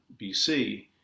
BC